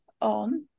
on